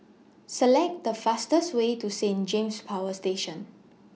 Select The fastest Way to Saint James Power Station